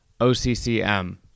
OCCM